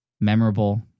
memorable